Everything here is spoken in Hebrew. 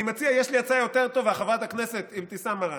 יש לי הצעה יותר טובה, חברת הכנסת אבתיסאם מראענה.